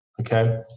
okay